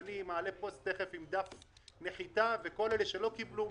אני מעלה תכף פוסט וכל אלה שלא קיבלו,